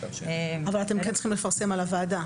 אבל אתם כן צריכים לפרסם לגבי הוועדה.